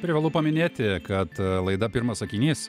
privalu paminėti kad laida pirmas sakinys